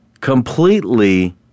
completely